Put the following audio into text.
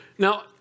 Now